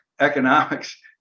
economics